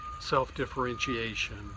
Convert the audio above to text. self-differentiation